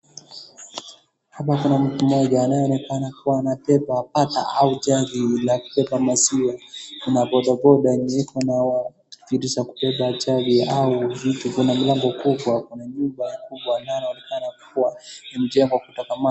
hapa kuna mtu mmoja anayeonekana kuwa amebeba pata au jagi a kuweka maziwa kuna boda boda yenye iko na vitu za kubeba jagi au vitu kama milango kubwa kuna nyumba kubwa inaloonekana kuwa ya mjengo kutoka mwanzo.